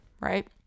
right